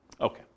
Okay